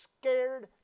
scared